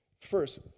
First